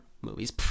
movies